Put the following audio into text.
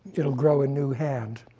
it'll grow a new hand.